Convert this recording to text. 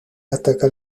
ataca